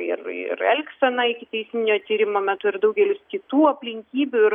ir elgsena ikiteisminio tyrimo metu ir daugelis kitų aplinkybių ir